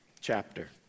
chapter